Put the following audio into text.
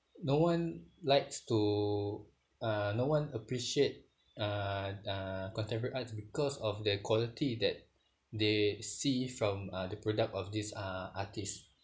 no one likes to uh no one appreciates uh uh contemporary arts because of the quality that they see from uh the product of these ah artists